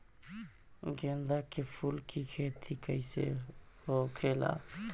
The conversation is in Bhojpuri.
गेंदा के फूल की खेती कैसे होखेला?